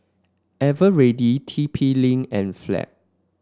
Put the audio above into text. eveready T P Link and Fab